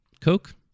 Coke